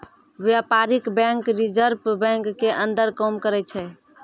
व्यपारीक bank reserve bank के अंदर काम करै छै